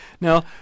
now